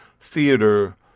theater